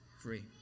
free